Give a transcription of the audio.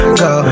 go